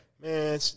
Man